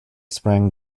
sprang